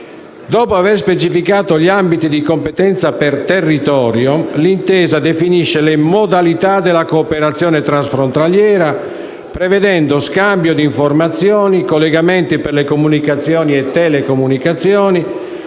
Dopo aver specificato gli ambiti di competenza per territorio, l'intesa definisce le modalità della cooperazione transfrontaliera prevedendo lo scambio di informazioni, i collegamenti per le comunicazioni e telecomunicazioni,